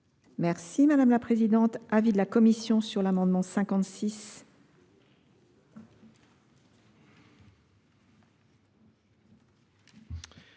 merci madame la présidente à l'avis de la commission sur l'amendement